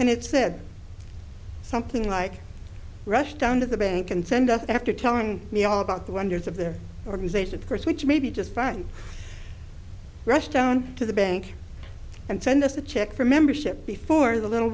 and it said something like rushed down to the bank and send up after telling me all about the wonders of the organization of course which may be just fine rush down to the bank and send us a check for membership before the little